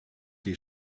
die